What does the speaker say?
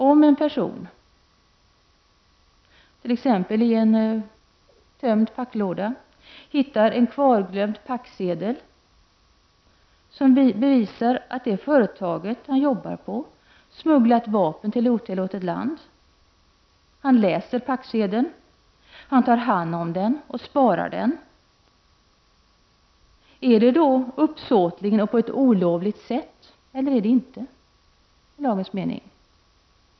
Vi kan ta ett exempel: I en tömd papplåda hittar en person en kvarglömd packsedel som bevisar att det företag han arbetar på smugglat vapen till otilllåtet land. Han läser det som står på packsedeln, tar hand om den och sparar den. Gör han det sig då i lagens mening skyldig till företagsspioneri på ett uppsåtligt och olovligt sätt eller gör han det inte?